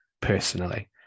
personally